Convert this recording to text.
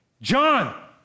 John